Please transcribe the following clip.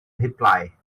reply